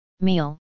meal